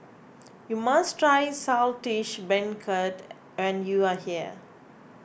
you must try Saltish Beancurd when you are here